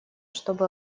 чтобы